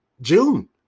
June